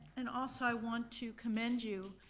and also, i want to commend you